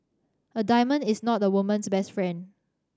a diamond is not a woman's best friend